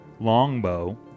longbow